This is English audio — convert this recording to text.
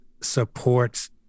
supports